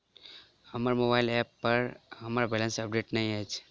हमर mobile app पर हमर बैलेंस अपडेट नहि अछि